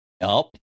Nope